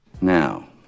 Now